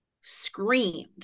screamed